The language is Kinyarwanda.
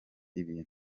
ibintu